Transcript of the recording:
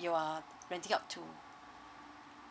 you are renting out to